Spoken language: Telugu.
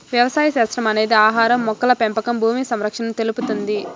వ్యవసాయ శాస్త్రం అనేది ఆహారం, మొక్కల పెంపకం భూమి సంరక్షణను తెలుపుతుంది